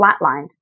flatlined